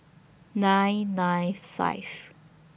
nine nine five